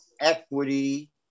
equity